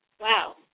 wow